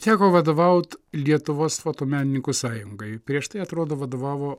teko vadovaut lietuvos fotomenininkų sąjungai prieš tai atrodo vadovavo